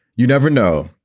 you never know.